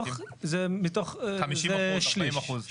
50%, 40%?